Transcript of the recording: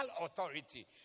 authority